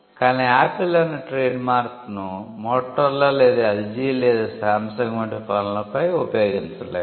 కాని ఆపిల్ అన్న ట్రేడ్మార్క్ను మోటరోలా లేదా ఎల్జి లేదా శామ్సంగ్ వంటి ఫోన్లపై ఉపయోగించలేరు